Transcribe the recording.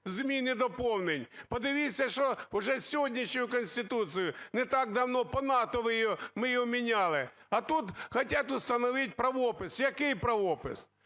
змін і доповнень. Подивіться, що вже з сьогоднішньою Конституцією, не так давно по НАТО ми її міняли. А тут хотят установить правопис. Який правопис?